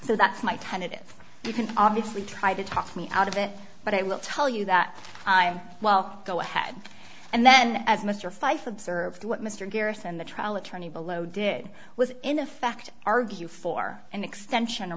so that's my tentative you can obviously try to talk me out of it but i will tell you that i am well go ahead and then as mr feith observed what mr garrison the trial attorney below did was in effect argue for an extension or